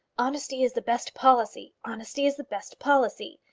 honesty is the best policy! honesty is the best policy!